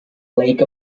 lake